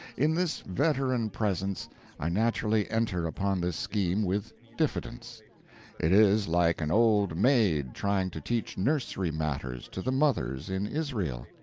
in this veteran presence i naturally enter upon this scheme with diffidence it is like an old maid trying to teach nursery matters to the mothers in israel.